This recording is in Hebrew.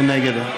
מי נגד?